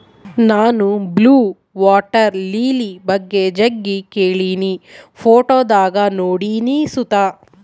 ನಾನು blue water lily ಬಗ್ಗೆ ಜಗ್ಗಿ ಕೇಳಿನಿ, ಫೋಟೋದಾಗ ನೋಡಿನಿ ಸುತ